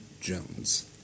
Jones